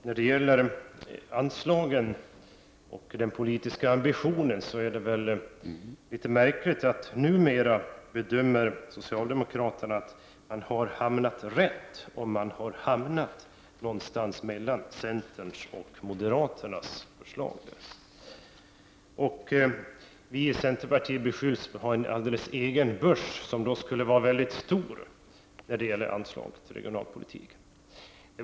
Herr talman! När det gäller den politiska ambitionen beträffande anslagen är det väl litet märkligt att socialdemokraterna numera bedömer sig ha hamnat rätt, om de ligger någonstans mellan centerns och moderaternas förslag. Vi i centerpartiet beskylls för att ha en egen börs, som skulle vara mycket stor, för anslagen till regionalpolitiken.